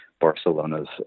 Barcelona's